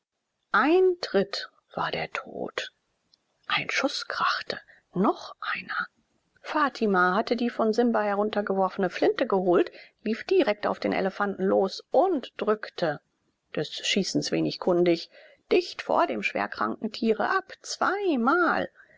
ein tritt war der tod ein schuß krachte noch einer fatima hatte die von simba heruntergeworfene flinte geholt lief direkt auf den elefanten los und drückte des schießens wenig kundig dicht vor dem schwerkranken tiere ab zweimal